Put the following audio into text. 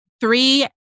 three